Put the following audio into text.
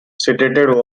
cited